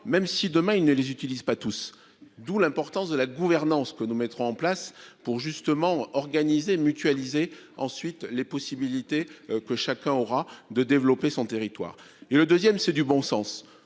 même si demain ils ne les utilisent pas tous. D'où l'importance de la gouvernance que nous mettrons en place pour justement organiser mutualisés ensuite les possibilités que chacun aura de développer son territoire et le 2ème, c'est du bon sens